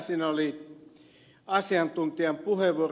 siinä oli asiantuntijan puheenvuoro